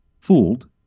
fooled